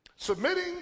Submitting